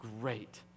great